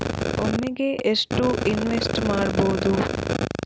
ಒಮ್ಮೆಗೆ ಎಷ್ಟು ಇನ್ವೆಸ್ಟ್ ಮಾಡ್ಬೊದು?